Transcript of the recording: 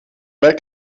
merkt